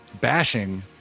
bashing